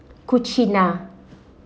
cucina